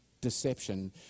deception